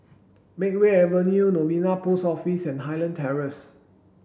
Makeway Avenue Novena Post Office and Highland Terrace